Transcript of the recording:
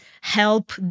help